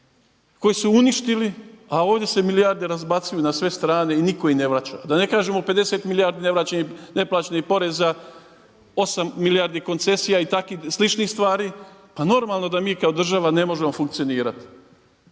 koje su uništili, a ovdje se milijarde razbacuju na sve strane i niko ih ne vraća, da ne kažemo o 50 milijardi neplaćenih poreza, 8 milijardi koncesija i takvih sličnih stvari, pa normalno da mi kao država ne možemo funkcionirati.